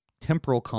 temporal